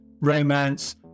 romance